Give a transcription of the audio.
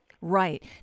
Right